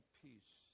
peace